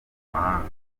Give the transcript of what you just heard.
mahanga